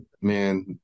man